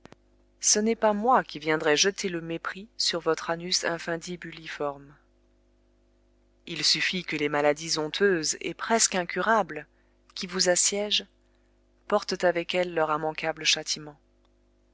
ce n'est pas moi qui viendrai jeter le mépris sur votre anus infundibuliforme il suffit que les maladies honteuses et presque incurables qui vous assiègent portent avec elles leur immanquable châtiment